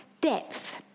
depth